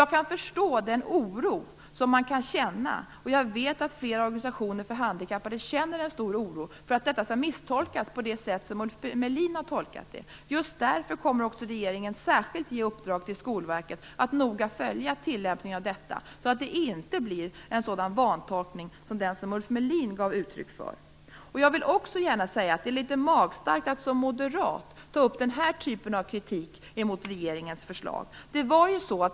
Jag kan förstå den oro som man kan känna - och jag vet att flera organisationer för handikappade känner en stor oro - för att detta skall misstolkas på det sätt som Ulf Melin har gjort. Just därför kommer regeringen att särskilt ge i uppdrag till Skolverket att noga följa tillämpningen av detta så att det inte blir en sådan vantolkning som den som Ulf Melin gav uttryck för. Jag vill också gärna säga att det är litet magstarkt att som moderat ta upp den här typen av kritik mot regeringens förslag.